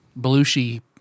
Belushi